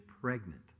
pregnant